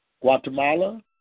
Guatemala